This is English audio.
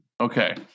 Okay